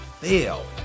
fail